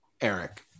Eric